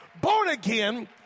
born-again